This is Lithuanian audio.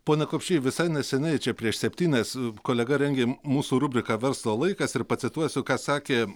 pone kupšy visai neseniai čia prieš septynias kolega rengė mūsų rubriką verslo laikas ir pacituosiu ką sakė